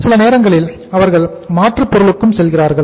சில நேரங்களில் அவர்கள் மாற்று பொருளுக்கு செல்கின்றனர்